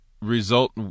result